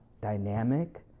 Dynamic